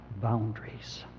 boundaries